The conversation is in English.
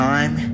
Time